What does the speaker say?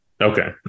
okay